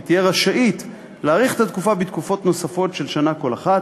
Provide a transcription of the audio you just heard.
והיא תהיה רשאית להאריך את התקופה בתקופות נוספות של שנה כל אחת.